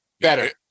Better